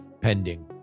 pending